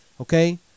okay